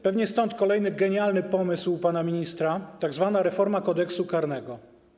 Pewnie stąd kolejny genialny pomysł pana ministra, tzw. reforma Kodeksu karnego.